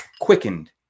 quickened